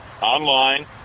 online